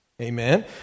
Amen